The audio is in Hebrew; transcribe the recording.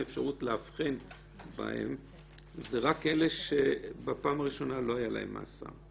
אפשרות להבחין בהם זה רק אלה שבפעם הראשונה לא היה להם מאסר.